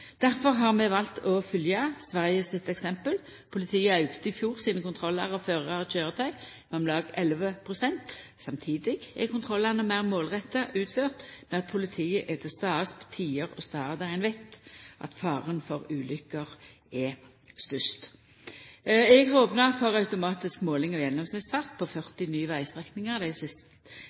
har vi valt å følgja Sverige sitt eksempel. Politiet auka i fjor sine kontrollar av førarar og køyretøy med om lag 11 pst. Samstundes er kontrollane meir målretta utført, ved at politiet er til stades på tider og stader der ein veit at faren for ulukker er størst. Eg har opna for automatisk måling av gjennomsnittsfart på 40 nye vegstrekningar dei